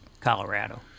Colorado